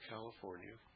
California